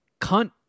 cunt